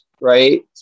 right